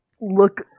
look